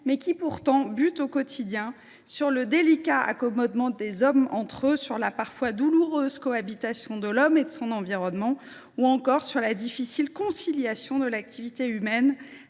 mais qui bute au quotidien sur le délicat accommodement des hommes entre eux, sur la cohabitation parfois douloureuse de l’homme et de son environnement ou encore sur la difficile conciliation de l’activité humaine